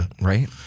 Right